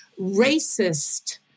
racist